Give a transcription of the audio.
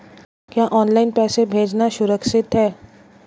क्या ऑनलाइन पैसे भेजना सुरक्षित है?